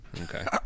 Okay